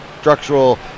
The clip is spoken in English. structural